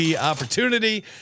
opportunity